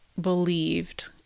believed